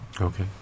Okay